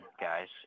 guys